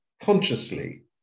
consciously